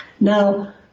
Now